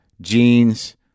jeans